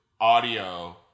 audio